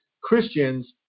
christians